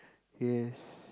yes